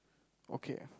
okay